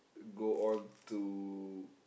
go on to